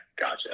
Gotcha